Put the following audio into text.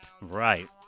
Right